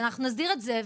אנחנו נסדיר את זה,